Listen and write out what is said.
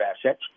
assets